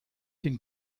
den